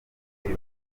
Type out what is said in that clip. muri